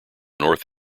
north